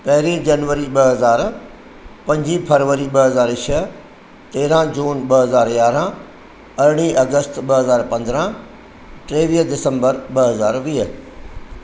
पहिरीं जनवरी ॿ हज़ार पंज फरवरी ॿ हज़ार छह तेरहं जून ॿ हज़ार यारहं अरिड़हं अगस्त ॿ हज़ार पंद्रहं टेवीह दिसंबर ॿ हज़ार वीह